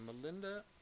Melinda